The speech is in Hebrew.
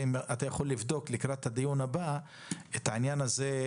ואם אתה יכול לבדוק לקראת הדיון הבא את העניין הזה,